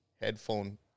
headphone